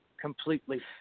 completely